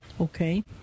okay